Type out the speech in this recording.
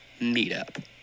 Meetup